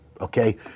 okay